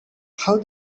how